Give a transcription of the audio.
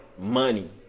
money